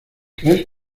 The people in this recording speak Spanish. crees